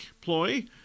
ploy